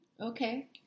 Okay